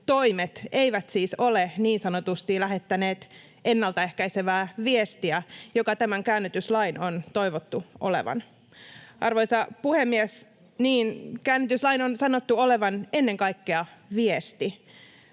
toimet eivät siis ole niin sanotusti lähettäneet ennalta ehkäisevää viestiä, joka tämän käännytyslain on toivottu olevan. Arvoisa puhemies! Niin, käännytyslain on sanottu olevan ennen kaikkea viesti.